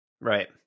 Right